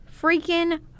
freaking